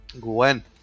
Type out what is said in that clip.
Gwen